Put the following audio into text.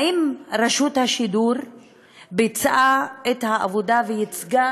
האם רשות השידור ביצעה את העבודה וייצגה